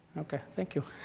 ok, thank you.